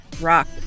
rock